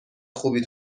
خوبی